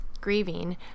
grieving